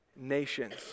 Nations